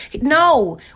No